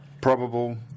Probable